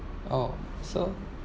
oh so